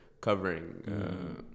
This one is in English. covering